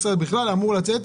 אני מציע שסעיף 12 יימחק.